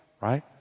right